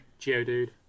Geodude